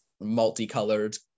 multicolored